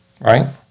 Right